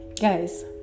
guys